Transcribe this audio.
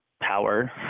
power